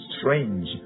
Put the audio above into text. Strange